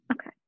Okay